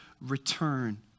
return